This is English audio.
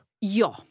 Ja